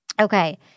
Okay